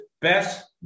Best